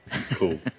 Cool